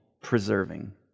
preserving